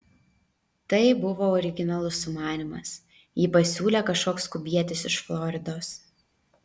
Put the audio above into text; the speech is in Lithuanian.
tai buvo originalus sumanymas jį pasiūlė kažkoks kubietis iš floridos